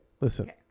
listen